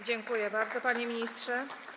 Dziękuję bardzo, panie ministrze.